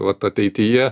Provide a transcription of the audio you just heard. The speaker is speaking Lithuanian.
vat ateityje